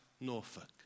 Norfolk